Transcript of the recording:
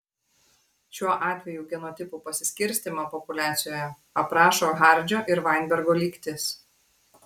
šiuo atveju genotipų pasiskirstymą populiacijoje aprašo hardžio ir vainbergo lygtis